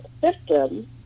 system